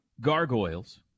Gargoyles